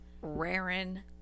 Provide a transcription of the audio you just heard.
Rarin